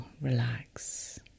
relax